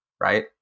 Right